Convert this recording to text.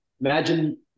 imagine